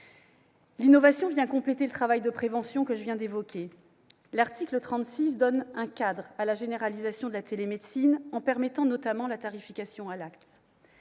L'innovation vient compléter le travail de prévention que je viens d'évoquer. L'article 36 donne un cadre à la généralisation de la télémédecine en permettant notamment la tarification à l'acte.